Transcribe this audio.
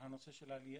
הנושא של העלייה,